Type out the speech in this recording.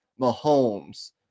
Mahomes